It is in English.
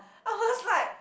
I was like